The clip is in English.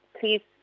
Please